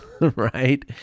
right